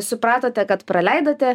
supratote kad praleidote